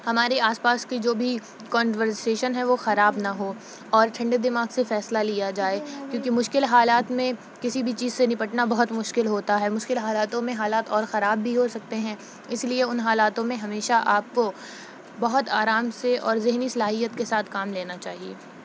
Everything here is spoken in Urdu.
ہمارے آس پاس کی جو بھی کونورسیشن ہے وہ خراب نہ ہو اور ٹھنڈے دماغ سے فیصلہ لیا جائے کیونکہ مشکل حالات میں کسی بھی چیز سے نپٹنا بہت مشکل ہوتا ہے مشکل حالاتوں میں حالات اور خراب بھی ہو سکتے ہیں اس لیے ان حالاتوں میں ہمیشہ آپ کو بہت آرام سے اور ذہنی صلاحیت کے ساتھ کام لینا چاہیے